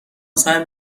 سعی